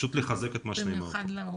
פשוט לחזק את מה שנאמר פה.